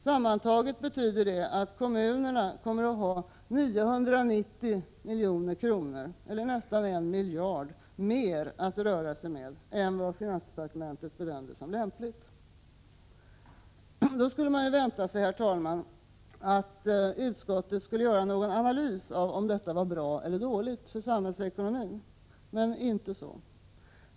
Sammantaget betyder det att kommunerna kommer att ha 990 milj.kr. eller nästan 1 miljard mer att röra sig med än vad finansdepartementet bedömde som lämpligt. Då kunde man, herr talman, vänta sig att utskottet skulle göra någon analys av om detta var bra eller dåligt för samhällsekonomin. Men inte så!